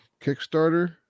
Kickstarter